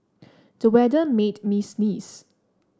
the weather made me sneeze